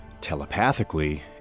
Telepathically